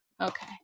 okay